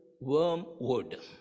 wormwood